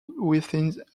within